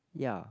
ya